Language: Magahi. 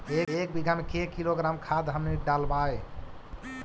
एक बीघा मे के किलोग्राम खाद हमनि डालबाय?